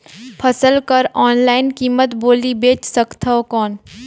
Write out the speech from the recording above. फसल कर ऑनलाइन कीमत बोली बेच सकथव कौन?